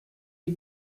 est